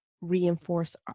reinforce